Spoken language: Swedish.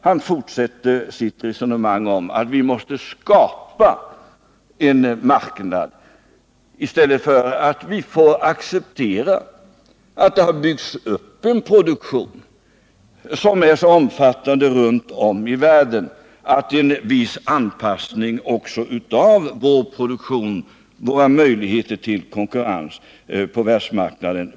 Han fortsätter sitt resonemang om att vi måste skapa en marknad i stället för att acceptera att det har byggts upp en produktion runt om i världen som är så omfattande att en viss anpassning måste ske också hos oss, dvs. att vi får ta hänsyn till vilka möjligheter vi har att konkurrera på världsmarknaden.